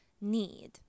need